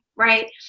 right